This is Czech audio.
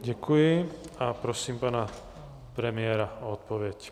Děkuji a prosím pana premiéra o odpověď.